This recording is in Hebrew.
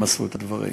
הם עשו את הדברים.